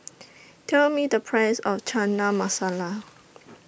Tell Me The Price of Chana Masala